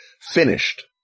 finished